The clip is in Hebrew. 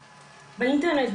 באינטרנט,